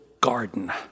garden